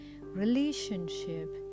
relationship